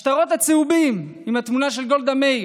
השטרות הצהובים עם התמונה של גולדה מאיר,